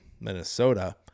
minnesota